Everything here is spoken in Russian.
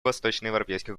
восточноевропейских